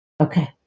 Okay